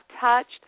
touched